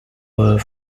were